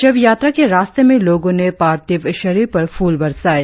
शव यात्रा के रास्ते में लोगों ने पार्थिव शरीर पर फूल बरसाये